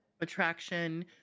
attraction